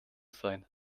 sein